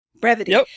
brevity